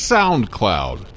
SoundCloud